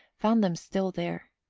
found them still there.